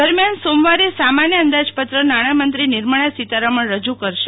દરમ્યાન સોમવારે સામાન્ય અંદાજપત્ર નાણાંમત્રી નિર્મલા સીતારામન રજુ કરશે